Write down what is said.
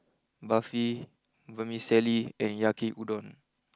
Barfi Vermicelli and Yaki Udon